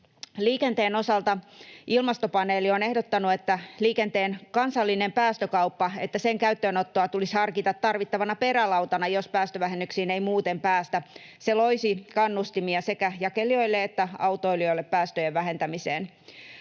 Liikenteen osalta ilmastopaneeli on ehdottanut, että liikenteen kansallisen päästökaupan käyttöönottoa tulisi harkita tarvittavana perälautana, jos päästövähennyksiin ei muuten päästä. Se loisi kannustimia sekä jakelijoille että autoilijoille päästöjen vähentämiseen.